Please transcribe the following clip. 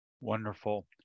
Wonderful